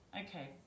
okay –